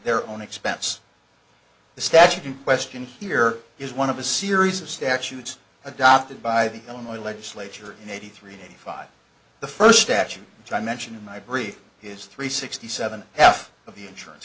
their own expense the statute in question here is one of a series of statutes adopted by the illinois legislature in eighty three eighty five the first statute try mention in my brief his three sixty seven half of the insurance